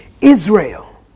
Israel